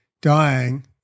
dying